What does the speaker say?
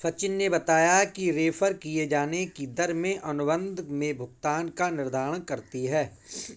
सचिन ने बताया कि रेफेर किये जाने की दर में अनुबंध में भुगतान का निर्धारण करती है